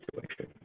situation